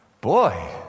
Boy